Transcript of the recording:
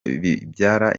bibyara